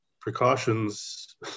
precautions